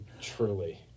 Truly